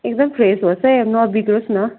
एकदम फ्रेस होस् है नबिग्रियोस् न